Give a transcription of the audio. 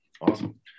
Awesome